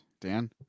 dan